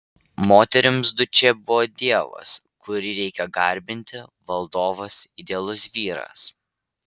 moterims dučė buvo dievas kurį reikia garbinti valdovas idealus vyras